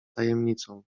tajemnicą